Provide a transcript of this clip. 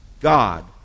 God